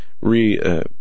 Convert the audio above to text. re